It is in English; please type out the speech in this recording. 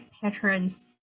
patterns